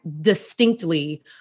distinctly